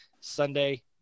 Sunday